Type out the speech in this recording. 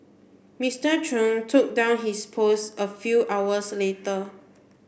Mister Chung took down his post a few hours later